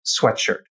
sweatshirt